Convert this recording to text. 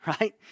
right